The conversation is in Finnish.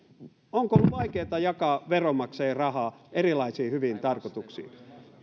onko ollut vaikeata jakaa veronmaksajien rahaa erilaisiin hyviin tarkoituksiin